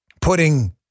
putting